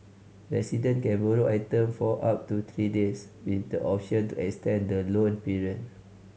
resident can borrow item for up to three days with the option to extend the loan period